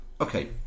okay